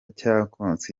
czekanowski